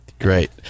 Great